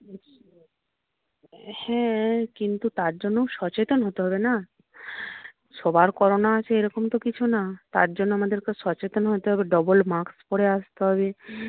হ্যাঁ কিন্তু তার জন্য সচেতন হতে হবে না সবার করোনা আছে এরকম তো কিছু না তার জন্য আমাদেরকে সচেতন হতে হবে ডবল মাস্ক পরে আসতে হবে